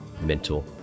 mental